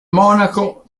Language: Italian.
monaco